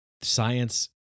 science